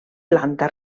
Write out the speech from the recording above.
planta